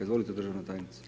Izvolite državna tajnice.